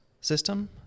system